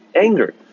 anger